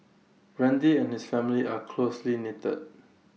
randy and his family are closely knitted